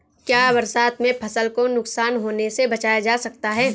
क्या बरसात में फसल को नुकसान होने से बचाया जा सकता है?